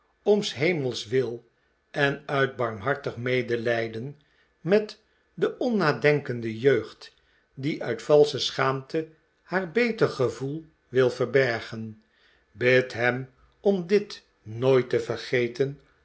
om s hemels wil en uit barmhartig medelijden met de onnadenkende jeugd die uit valsche schaamte haar beter gevoel wil verbergen bid hem om dit nooit te ver